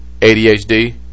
ADHD